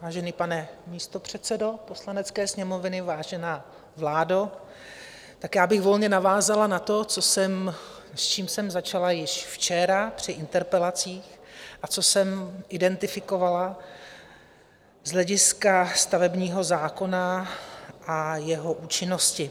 Vážený pane místopředsedo Poslanecké sněmovny, vážená vládo, já bych volně navázala na to, s čím jsem začala již včera při interpelacích a co jsem identifikovala z hlediska stavebního zákona a jeho účinnosti.